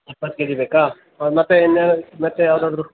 ಇಪ್ಪತ್ತು K G ಬೇಕಾ ಹಾಂ ಮತ್ತೆ ಇನ್ನೇನು ಮತ್ತೆ ಯಾವ್ದಾದರೂ